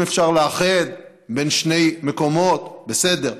אם אפשר לאחד בין שני מקומות, בסדר,